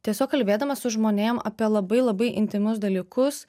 tiesiog kalbėdama su žmonėm apie labai labai intymius dalykus